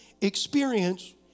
experience